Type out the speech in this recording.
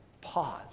pause